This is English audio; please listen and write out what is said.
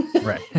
Right